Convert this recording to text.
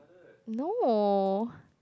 no